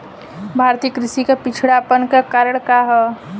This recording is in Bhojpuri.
भारतीय कृषि क पिछड़ापन क कारण का ह?